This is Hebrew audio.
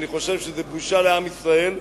אני חושב שזו בושה לעם ישראל,